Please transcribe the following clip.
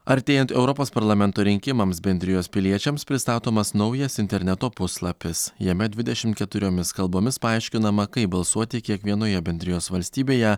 artėjant europos parlamento rinkimams bendrijos piliečiams pristatomas naujas interneto puslapis jame dvidešimt keturiomis kalbomis paaiškinama kaip balsuoti kiekvienoje bendrijos valstybėje